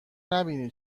نبینی